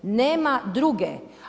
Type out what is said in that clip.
Nema druge.